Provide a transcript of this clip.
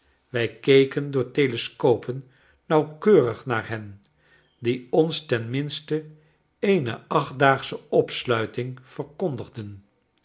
wij keken door telescopen nauwkeurig naar hen die ons ten minste eene achtdaagsche opsluiting verkondigden